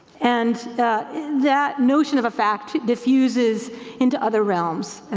and that notion of a fact diffuses into other realms,